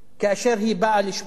כאשר היא באה לשפוט.